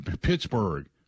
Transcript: Pittsburgh